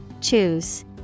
Choose